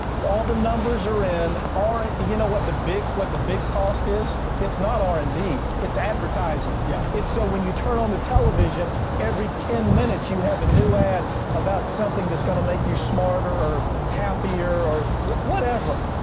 all the numbers are in our, you know what the big, what the big cost is? it's not r and d, it's advertising. yeah. it's so when you turn on the television every ten minutes, you have a new ad about something that's going to make you smarter or happier or whatever.